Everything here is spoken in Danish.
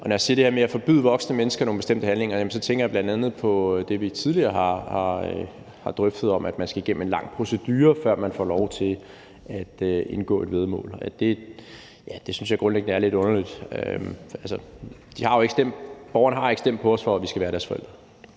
Og når jeg siger det her med at forbyde voksne mennesker at gøre nogle bestemte handlinger, tænker jeg bl.a. på det, vi tidligere har drøftet, om, at man skal igennem en lang procedure, før man får lov til at indgå et væddemål. Det synes jeg grundlæggende er lidt underligt. Borgerne har jo ikke stemt på os, for at vi skal være deres forældre.